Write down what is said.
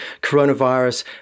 coronavirus